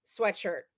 sweatshirt